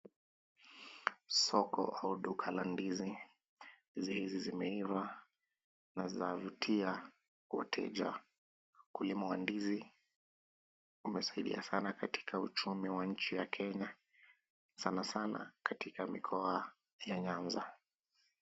Soko au duka la ndizi. Ndizi zimeiva na zinavutia wateja. Ukulima wa ndizi, umesaidia sana katika uchumi wa nchi ya Kenya, sanasana katika mikoa ya Nyanza.